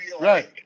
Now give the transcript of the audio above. right